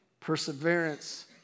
perseverance